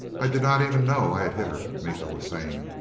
i did not even know i had hit her, miko was saying.